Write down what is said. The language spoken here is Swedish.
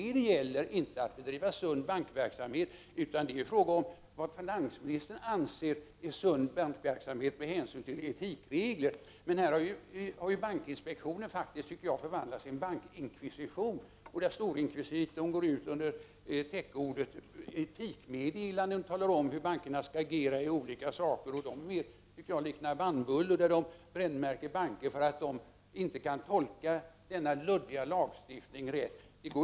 Det gäller inte att driva sund bankverksamhet, utan det är fråga om vad finansministern anser vara sund bankverksamhet med hänsyn till etikregler. Bankinspektionen tycker jag faktiskt har förvandlats till en bankinkvisition. Storinkvisitorn går ut och talar under täcknamnet etikmeddelanden om hur bankerna skall agera i olika frågor. Jag tycker att meddelandena liknar bannbullor. Man brännmärker bankerna för att dessa inte kan tolka denna luddiga lagstiftning.